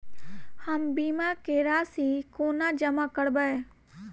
हम बीमा केँ राशि कोना जमा करबै?